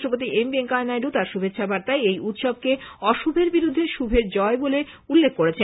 উপরাষ্ট্রপতি এম ভেঙ্কাইয়া নাইডু তাঁর শুভেচ্ছা বার্তায় এই উৎসবকে অশুভের বিরুদ্ধে শুভের জয় বলে উল্লেখ করেছেন